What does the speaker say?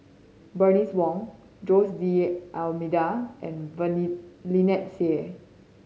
Bernice Wong Jose D'Almeida and Lynnette Seah